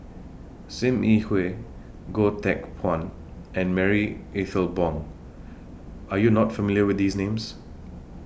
SIM Yi Hui Goh Teck Phuan and Marie Ethel Bong Are YOU not familiar with These Names